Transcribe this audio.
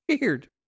weird